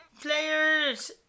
players